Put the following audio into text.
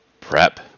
prep